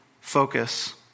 focus